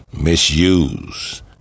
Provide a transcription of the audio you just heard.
misuse